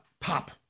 pop